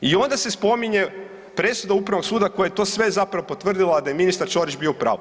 I onda se spominje presuda upravnog suda koja je to sve zapravo potvrdila da je ministar Ćorić bio u pravu.